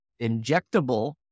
injectable